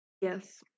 Yes